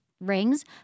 rings